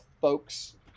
folks